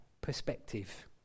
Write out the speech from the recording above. perspective